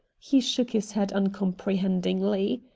he shook his head uncomprehendingly.